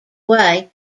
way